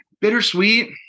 Bittersweet